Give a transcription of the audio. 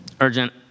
urgent